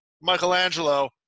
Michelangelo